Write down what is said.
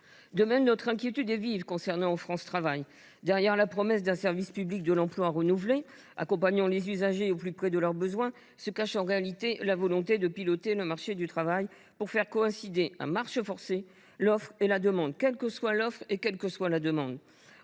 De même, notre inquiétude est vive concernant France Travail. Derrière la promesse d’un service public de l’emploi renouvelé, accompagnant les usagers au plus près de leurs besoins, se cache en réalité la volonté de piloter le marché du travail pour faire coïncider, à marche forcée, l’offre et la demande, quels qu’ils soient. Cet été encore,